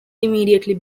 immediately